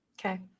Okay